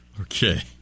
Okay